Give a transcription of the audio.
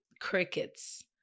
crickets